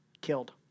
killed